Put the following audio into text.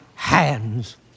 Hands